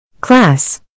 Class